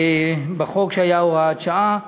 בחוק שהיה הוראת שעה.